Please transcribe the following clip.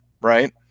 right